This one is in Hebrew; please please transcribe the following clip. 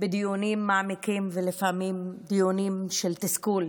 בדיונים מעמיקים, ולפעמים בדיונים של תסכול,